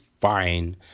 fine